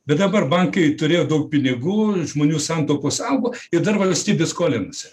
bet dabar bankai turėjo daug pinigų žmonių santaupos augo ir dar valstybė skolinasi